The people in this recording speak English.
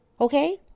Okay